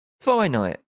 finite